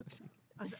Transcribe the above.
בכלל,